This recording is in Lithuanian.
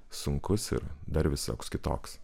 sunkus ir dar visoks kitoks